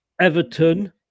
Everton